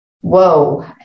whoa